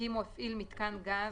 הקים או הפעיל מיתקן גז